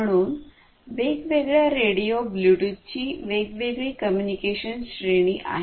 म्हणून वेगवेगळ्या रेडिओ ब्लूटूथची वेगवेगळी कम्युनिकेशन श्रेणी आहे